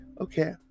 Okay